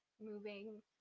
moving